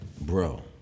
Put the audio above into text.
bro